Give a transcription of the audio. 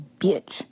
bitch